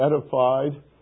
edified